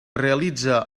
realitze